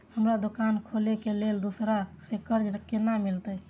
हमरा दुकान खोले के लेल दूसरा से कर्जा केना मिलते?